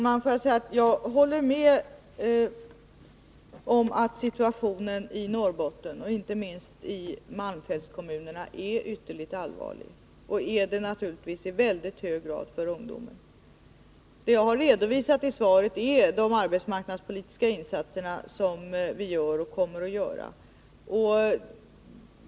Herr talman! Jag håller med om att situationen i Norrbotten, inte minst i malmfältskommunerna, är ytterligt allvarlig. Den är naturligtvis i väldigt hög grad allvarlig för ungdomen. I svaret har jag redovisat de arbetsmarknadspolitiska insatser som vi gör och kommer att göra.